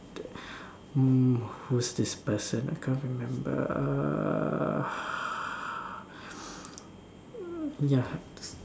mm who's this person I can't remember